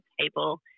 table